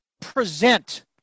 present